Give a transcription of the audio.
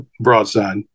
broadside